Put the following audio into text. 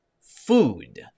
food